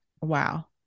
wow